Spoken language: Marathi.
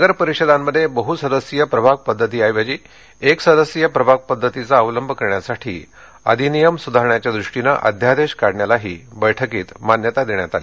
नगरपरिषदांमध्ये बह्सदस्यीय प्रभाग पद्धतीऐवजी एकसदस्यीय प्रभाग पद्धतीचा अवलंब करण्यासाठी अधिनियम सुधारण्याच्या द्रष्टीनं अध्यादेश काढण्यालाही बैठकीत मान्यता देण्यात आली